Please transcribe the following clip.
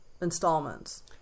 installments